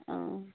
অঁ